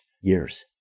years